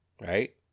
right